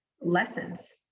lessons